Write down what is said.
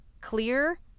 clear